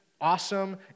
awesome